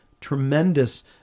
tremendous